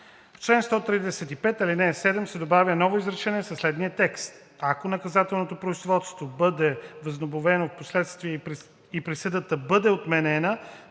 „В чл. 135, алинея 7 се добавя ново изречение със следния текст: „Ако наказателното производство бъде възобновено впоследствие и присъдата бъде отменена,